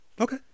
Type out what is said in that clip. Okay